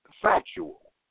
factual